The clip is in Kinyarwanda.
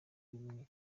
bimwe